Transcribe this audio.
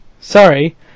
Sorry